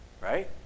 Right